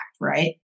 right